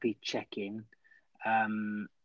check-in